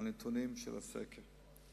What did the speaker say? את הנתונים של הסקר,